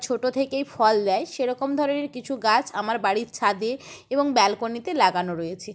ছোটো থেকেই ফল দেয় সেরকম ধরনের কিছু গাছ আমার বাড়ির ছাদে এবং ব্যালকনিতে লাগানো রয়েছে